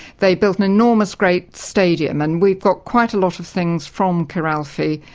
they built an enormous great stadium. and we've got quite a lot of things from kiralfy,